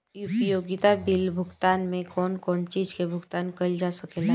उपयोगिता बिल भुगतान में कौन कौन चीज के भुगतान कइल जा सके ला?